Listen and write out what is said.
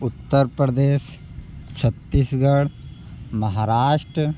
Uttar Pradesh Chhattisgarh Maharashtra